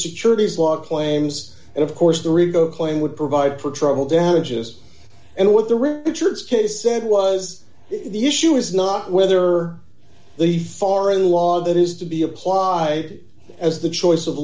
securities law claims and of course the rico claim would provide for trouble damages and what the richards case said was the issue is not whether the foreign law that is to be applied as the choice of